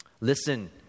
Listen